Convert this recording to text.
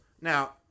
now